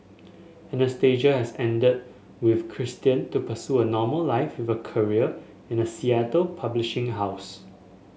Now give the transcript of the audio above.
Anastasia has ended with Christian to pursue a normal life with a career in a Seattle publishing house